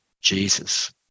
Jesus